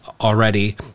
already